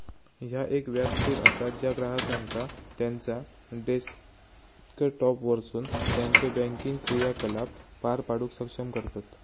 ह्या एक व्यासपीठ असा ज्या ग्राहकांका त्यांचा डेस्कटॉपवरसून त्यांचो बँकिंग क्रियाकलाप पार पाडूक सक्षम करतत